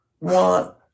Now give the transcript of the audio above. want